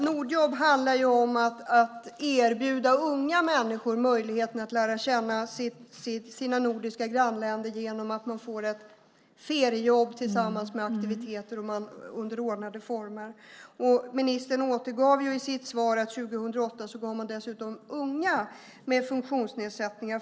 Nordjobb handlar om att erbjuda unga människor möjligheter att lära känna sina nordiska grannländer genom att de får ett feriejobb tillsammans med aktiviteter under ordnade former. Ministern återgav i sitt svar att man 2008 dessutom gav förtur åt unga med funktionsnedsättningar.